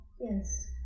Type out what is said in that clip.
yes